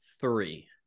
three